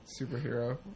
superhero